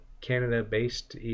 Canada-based